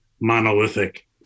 monolithic